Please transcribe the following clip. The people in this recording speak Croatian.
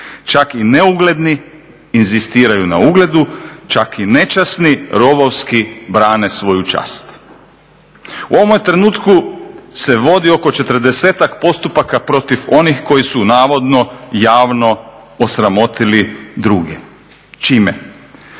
čak i neugledni inzistiraju na ugledu, čak i nečasni rovovski brane svoju čast. U ovome trenutku se vodi oko 40-ak postupaka protiv onih koji su navodno javno osramotili druge. Čime?